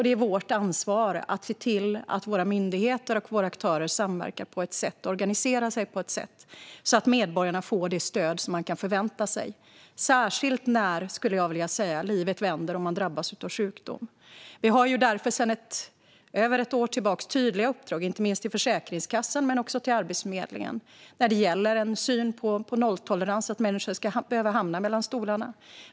Det är vårt ansvar att se till att våra myndigheter och aktörer samverkar på ett sätt och organiserar sig på ett sätt som gör att medborgarna kan få det stöd som man kan förvänta sig. Det gäller särskilt, skulle jag vilja säga, när livet vänder och man drabbas av sjukdom. Vi har därför sedan över ett år tillbaka uppdrag, inte minst till Försäkringskassan men också till Arbetsförmedlingen, om en syn på nolltolerans mot att människor ska behöva hamna mellan stolarna.